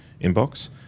inbox